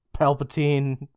palpatine